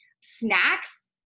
snacks